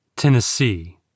Tennessee